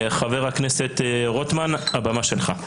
חבר הכנסת רוטמן, הבמה שלך.